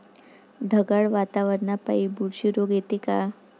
ढगाळ वातावरनापाई बुरशी रोग येते का?